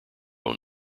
own